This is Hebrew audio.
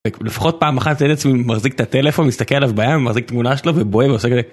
לפחות פעם אחת מצאתי את עצמי מחזיק את הטלפון מסתכל עליו בים מחזיק תמונה שלו ובוהה עושה כזה...